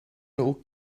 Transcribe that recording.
nhw